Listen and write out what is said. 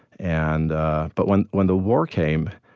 and ah but when when the war came,